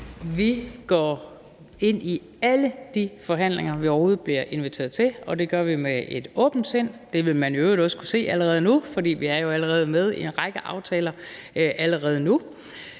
Vi går ind i alle de forhandlinger, vi overhovedet bliver inviteret til, og det gør vi med et åbent sind. Det vil man i øvrigt også kunne se allerede nu, for vi er jo allerede med i en række aftaler, og sådan